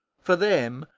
for them,